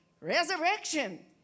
resurrection